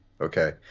okay